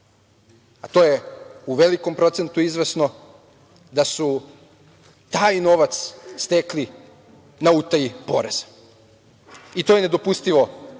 a to je u velikom procentu izvesno, da su taj novac stekli na utaji poreza i to je nedopustivo